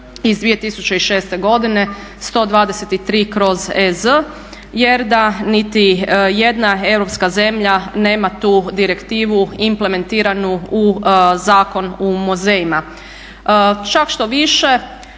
iz 2006.godine 123/EZ jer da niti jedna europska zemlja nema tu direktivu implementiranu u Zakon o muzejima. Čak štoviše